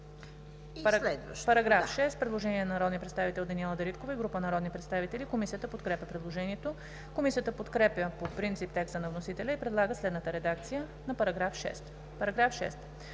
По § 6 има предложение на народния представител Даниела Дариткова и група народни представители. Комисията подкрепя предложението. Комисията подкрепя по принцип текста на вносителя и предлага следната редакция на § 6: „§ 6.